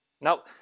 Now